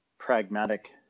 pragmatic